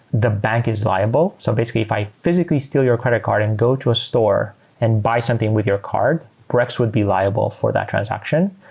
the bank is liable. so basically, if i physically steal your credit card and go to a store and buy something with your card, brex would be liable for that transaction.